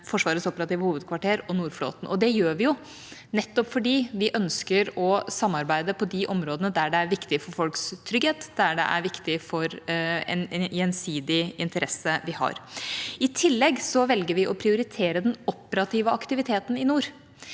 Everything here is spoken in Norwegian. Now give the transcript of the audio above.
Forsvarets operative hovedkvarter og Nordflåten. Det gjør vi nettopp fordi vi ønsker å samarbeide på de områdene der det er viktig for folks trygghet, der det er viktig for en gjensidig interesse vi har. I tillegg velger vi å prioritere den operative aktiviteten i nord.